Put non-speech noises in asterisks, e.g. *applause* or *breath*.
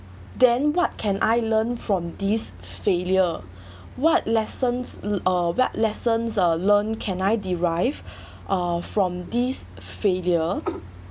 then what can I learn from this failure *breath* what lessons uh where lessons are learnt can I derive *breath* uh from this failure